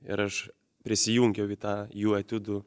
ir aš prisijungiau į tą jų etiudų